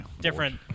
different